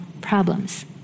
problems